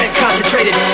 concentrated